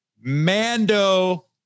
Mando